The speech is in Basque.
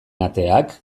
ateak